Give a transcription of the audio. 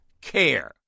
care